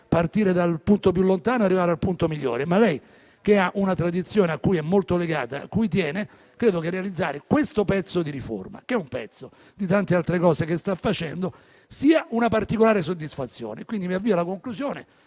partire dal punto più lontano ed arrivare al punto migliore. Ma per lei, che ha una tradizione a cui è molto legata e a cui tiene, credo che realizzare questa riforma, che è solo una parte delle tante altre cose che sta facendo, sia una particolare soddisfazione. Mi avvio alla conclusione,